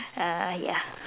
uh ya